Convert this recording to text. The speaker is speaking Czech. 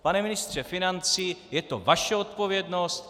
Pane ministře financí, je to vaše odpovědnost.